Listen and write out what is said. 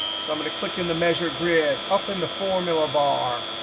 so i'm going to click in the measure grid up in the formula bar,